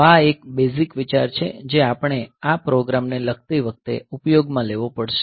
તો આ એક બેઝીક વિચાર છે જે આપણે આ પ્રોગ્રામ ને લખતી વખતે ઉપયોગમાં લેવો પડશે